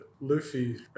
Luffy